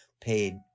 paid